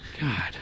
God